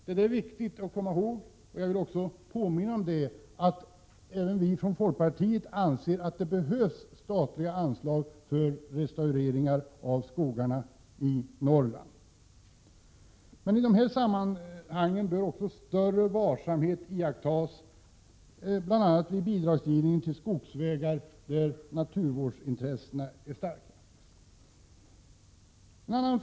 Jag vill påminna om att vi i folkpartiet anser att det behövs statliga anslag för restaurering av skogarna i Norrland. Men i dessa sammanhang bör större varsamhet iakttas, bl.a. vid bidragsgivning till skogsvägar där naturvårdsintressena är starka.